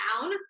down